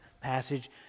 passage